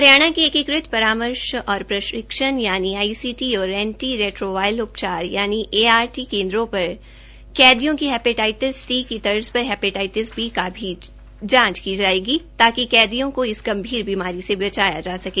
हरियाणा के एकीकृत परामर्श और परीक्षण यनि आईसीटी और एंटी रेट्रोवायरल उपचार यानि एआरटी केन्द्रों पर कैदियों की हेपेटाइटिस सी की तर्ज पर हेपेटाइटिस बी का भी जांच की जाएगी ताकि कैदियों को इस गंभीर बीमारी से बचाया जा सके